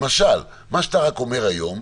למשל מה שאתה רק אומר היום,